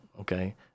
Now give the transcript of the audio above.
okay